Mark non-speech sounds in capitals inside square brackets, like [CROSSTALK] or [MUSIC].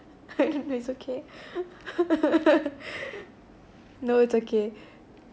[LAUGHS] it's okay [LAUGHS] no it's okay